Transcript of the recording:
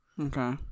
Okay